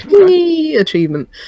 achievement